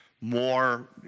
more